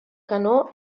canó